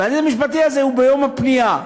והזיז המשפטי הזה הוא ביום הפנייה.